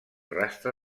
rastre